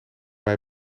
mij